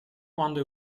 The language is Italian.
quando